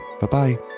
Bye-bye